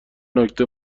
نکته